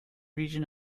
region